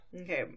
Okay